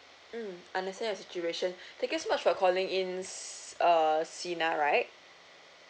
mm understand your situation thank you so much for calling in si~ uh Sina right